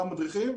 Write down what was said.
מה מדריכים,